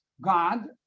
god